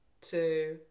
two